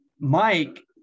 Mike